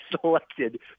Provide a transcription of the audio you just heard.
selected